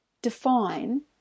define